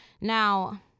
Now